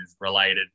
related